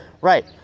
right